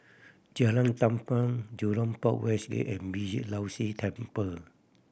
Jalan Tampang Jurong Port West Gate and Beeh Low See Temple